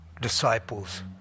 disciples